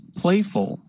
playful